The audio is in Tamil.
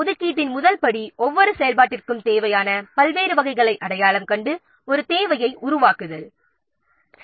ஒ துக்கீட்டின் முதல் படி ஒவ்வொரு செயல்பாட்டிற்கும் தேவையான பல்வேறு வகைகளை அடையாளம் கண்டு ஒரு தேவை பட்டியலை உருவாக்குதல் ஆகும்